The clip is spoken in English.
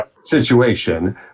situation